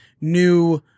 new